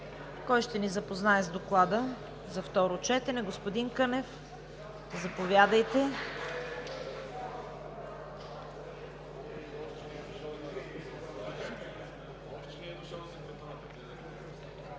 Кой ще ни запознае с Доклада за второ четене? Господин Кънев, заповядайте.